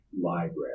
library